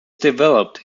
developed